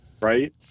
right